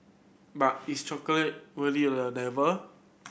but is chocolate really a devil